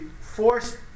forced